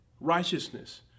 righteousness